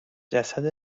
جسد